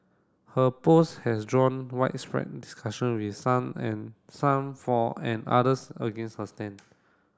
her post has drawn widespread discussion with some and some for and others against her stand